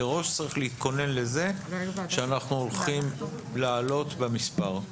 מראש צריך להתכונן לזה שאנחנו הולכים לעלות במספר.